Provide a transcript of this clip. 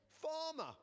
Farmer